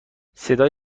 صدای